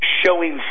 showing